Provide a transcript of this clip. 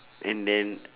and then